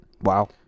Wow